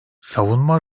savunma